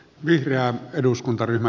arvoisa puhemies